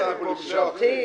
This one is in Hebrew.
פה יש הרבה, איתן.